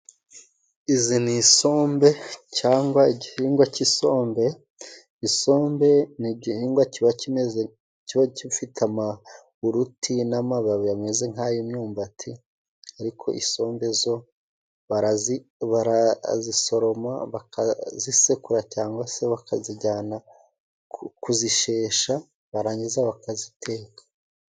Izi ni isombe cyangwa igihingwa cy'isombe ,isombe ni igihingwa kiba kimeze kifite ama uruti n'amababi ameze nk'ay'imyumbati, ariko isombe zo barazi barazisoroma bakazisekura cyangwa se bakazijyana ku kuzishesha barangiza bakaziteka.